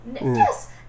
Yes